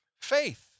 faith